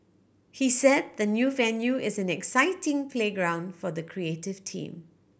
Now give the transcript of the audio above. he said the new venue is an exciting playground for the creative team